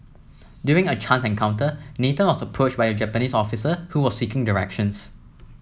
during a chance encounter Nathan was approached by a Japanese officer who was seeking directions